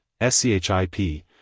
SCHIP